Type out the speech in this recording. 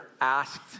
asked